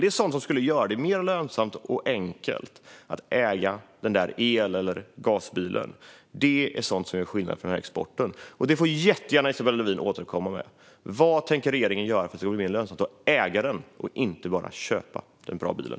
Det är sådant som skulle göra det mer lönsamt och enkelt att äga en elbil eller gasbil, och det är sådant som gör skillnad för den här exporten. Detta får jättegärna Isabella Lövin återkomma med. Vad tänker regeringen göra för att det ska bli mer lönsamt att äga den bra bilen, inte bara att köpa den?